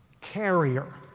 carrier